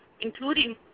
including